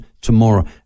tomorrow